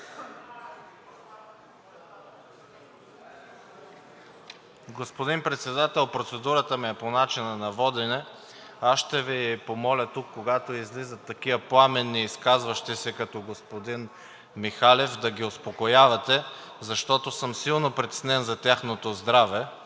Господин Председател, процедурата ми е по начина на водене. Аз ще Ви помоля тук, когато излизат такива пламенни изказващи се като господин Михалев, да ги успокоявате, защото съм силно притеснен за тяхното здраве.